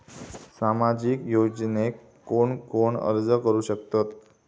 सामाजिक योजनेक कोण कोण अर्ज करू शकतत?